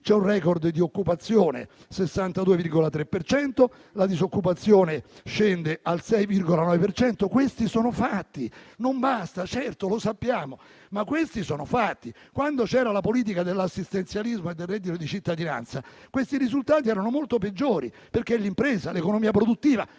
c'è un *record* di occupazione al 62,3 per cento, la disoccupazione scende al 6,9. Questi sono fatti; non basta, certo, lo sappiamo, ma sono fatti. Quando c'era la politica dell'assistenzialismo e del reddito di cittadinanza, questi risultati erano molto peggiori, perché è l'impresa e l'economia produttiva,